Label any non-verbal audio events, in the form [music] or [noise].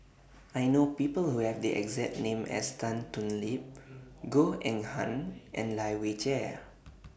I know People Who Have The exact name as Tan Thoon Lip [noise] Goh Eng Han and Lai Weijie